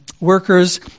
workers